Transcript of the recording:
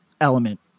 element